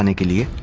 and kill you!